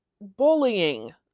bullying